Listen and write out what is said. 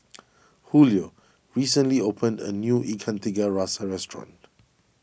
Hulio recently opened a new Ikan Tiga Rasa Restaurant